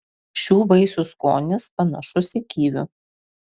šių vaisių skonis panašus į kivių